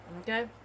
Okay